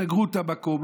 סגרו את המקום,